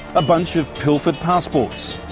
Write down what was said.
a bunch of pilfered passports,